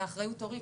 זאת אחריות הורית.